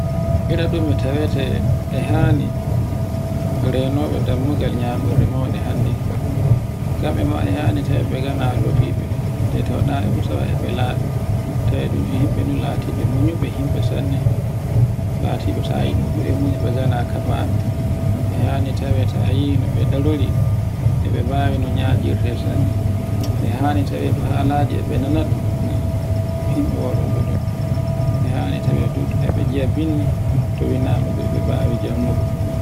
Iradum no tawete e hani renoɓe dammugal nyamirɗe mauɗe hande. Kamɓe me e yaha ne tawe ɓegana loɓiɓe. Nde tawɗa he e tawai nde ɓe laɓi. Tawe ɗun himɓe nan latiɓe munibe himɓe sanne. Latiɓe tayi no fu e munyi e gana kaɓaɓe. E hani tawe tayi no ɓe darori e ɓe bawi noɗe nyaɗirte. ɓe hani tawe ɓe halaje e ɗu nanaɗun ngan himɓe waroɓe ɗon. e tawe dud e be ngia bindi to winda ma fu be mbawi janjugo.